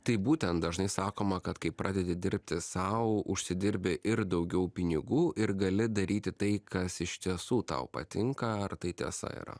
taip būtent dažnai sakoma kad kai pradedi dirbti sau užsidirbi ir daugiau pinigų ir gali daryti tai kas iš tiesų tau patinka ar tai tiesa yra